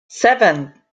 seven